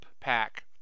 pack